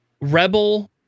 Rebel